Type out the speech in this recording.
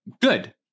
good